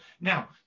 now